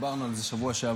דיברנו על זה בשבוע שעבר.